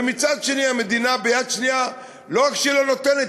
ומצד שני המדינה ביד שנייה לא רק שלא נותנת,